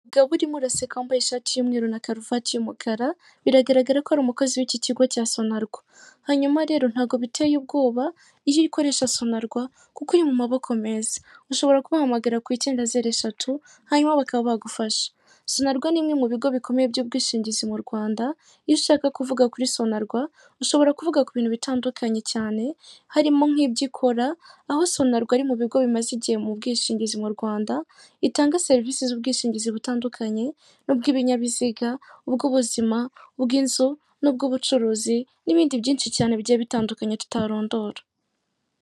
Umugabo urimo uraseka wambaye ishati y'umweru na karuvati y'umukara, biragaragara ko ari umukozi w'iki kigo cya Sonarwa, hanyuma rero ntago biteye ubwoba, iyo ukoresha sonarwa kuko iri mu maboko meza. ushobora kubahamagara ku icyenda zero eshatu, hanyuma bakaba bagufasha. Sonarwa nimwe mu bigo bikomeye by'ubwishingizi mu Rwanda iyo ushaka kuvuga kuri Sonarwa ushobora kuvuga ku bintu bitandukanye cyane, harimo nk'ibyo ikora, aho Sonenarwa ari mu bigo bimaze igihe mu bwishingizi mu Rwanda, itanga serivisi z'ubwishingizi butandukanye, n'ubw'ibinyabiziga, ubw'ubuzima, Ubw'inzu n'ubw'ubucuruzi n'ibindi byinshi cyane bigiye bitandukanye tutarondora.